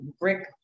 Rick